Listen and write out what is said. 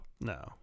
no